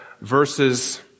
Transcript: verses